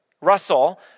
Russell